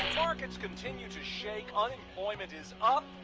markets continue to shake. unemployment is up.